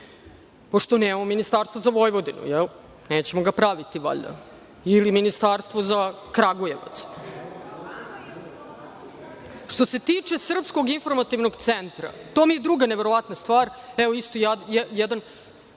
pošto nemamo ministarstvo za Vojvodinu, nećemo ga praviti valjda, ili ministarstvo za Kragujevac. Što se tiče Srpskog informativnog centra, to mi je druga neverovatna stvar, evo isto jedan